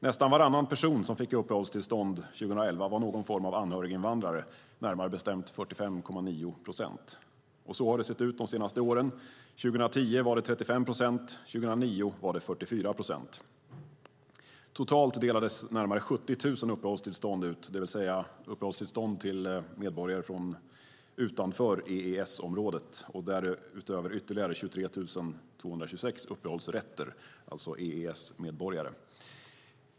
Nästan varannan person som fick uppehållstillstånd 2011 var någon form av anhöriginvandrare, närmare bestämt 45,9 procent, och så har det sett ut de senaste åren. År 2010 var det 35 procent, 2009 var det 44 procent. Totalt delades närmare 70 000 uppehållstillstånd ut, det vill säga uppehållstillstånd till medborgare utanför EES-området, och därutöver ytterligare 23 226 uppehållsrätter, alltså till EES-medborgare.